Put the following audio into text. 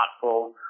thoughtful